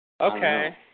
Okay